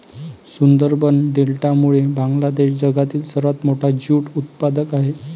सुंदरबन डेल्टामुळे बांगलादेश जगातील सर्वात मोठा ज्यूट उत्पादक आहे